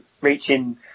reaching